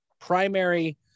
primary